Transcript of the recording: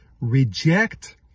Reject